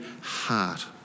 heart